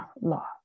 law